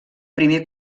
primer